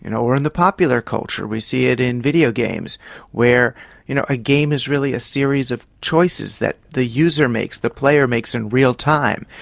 or in the popular culture we see it in video games where you know a game is really a series of choices that the user makes, the player makes in real time,